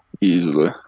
easily